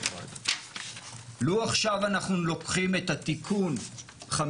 לו עכשיו אנחנו לוקחים את התיקון 55